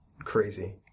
crazy